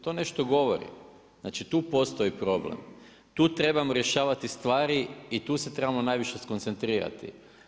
To nešto govori, znači tu postoji problem, tu trebamo rješavati stvari i tu se trebamo najviše skoncentrirati.